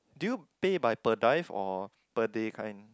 do you pay by per dive or per day kind